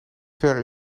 ver